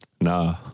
Nah